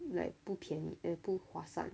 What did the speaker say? like 不便宜也不划算